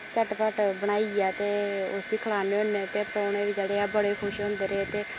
झटपट बनाइयै ते उस्सी खलाने होन्ने ते परौह्ने बी जेह्ड़े ऐ बड़े खुश होंदे रेह् ते